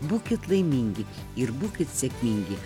būkit laimingi ir būkit sėkmingi